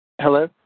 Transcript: Hello